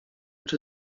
czy